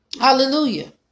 Hallelujah